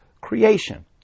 creation